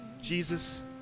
Jesus